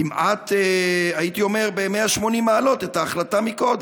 כמעט, הייתי אומר, ב-180 מעלות, את ההחלטה מקודם.